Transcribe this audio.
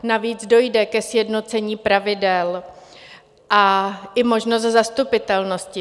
Navíc dojde ke sjednocení pravidel a i možnosti zastupitelnosti.